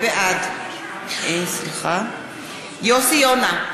בעד יוסי יונה,